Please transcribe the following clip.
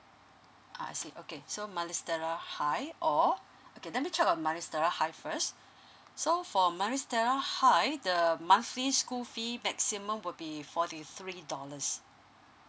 I see okay so mm maris stella high or okay let me check on maris stella high first so for maris stella high the monthly school fee maximum will be forty three dollars